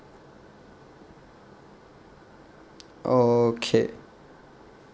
okay